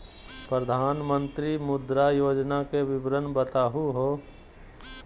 प्रधानमंत्री मुद्रा योजना के विवरण बताहु हो?